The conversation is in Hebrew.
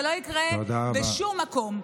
זה לא יקרה בשום מקום.